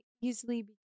easily